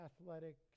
athletic